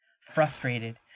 Frustrated